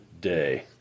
day